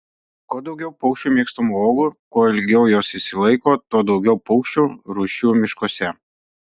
kuo daugiau paukščių mėgstamų uogų kuo ilgiau jos išsilaiko tuo daugiau paukščių rūšių miškuose